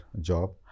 job